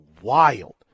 wild